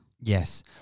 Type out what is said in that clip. Yes